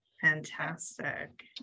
Fantastic